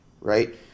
right